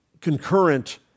concurrent